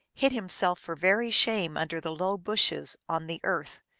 hid him self for very shame under the low bushes, on the earth,